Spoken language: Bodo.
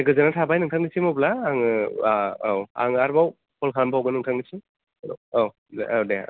दे गोजोननाय थाबाय नोंथांनिसिम अब्ला आङो औ आङो आरोबाव कल खालामबावगोन नोंथांनिसिम औ दे